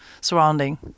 surrounding